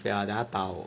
不要等一下他打我